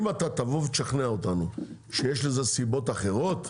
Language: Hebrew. אם אתה תבוא ותשכנע אותנו שיש לזה סיבות אחרות,